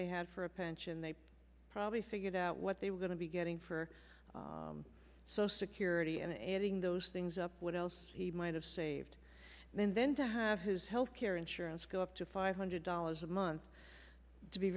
they had for a pension they probably figured out what they were going to be getting for social security and adding those things up what else might have saved them then to have his health care insurance go up to five hundred dollars a month to be